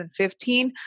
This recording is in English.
2015